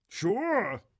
Sure